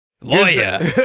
Lawyer